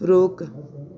रोक